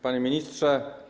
Panie Ministrze!